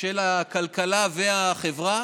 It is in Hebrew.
של הכלכלה והחברה